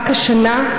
רק השנה,